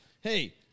Hey